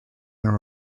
and